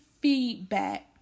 feedback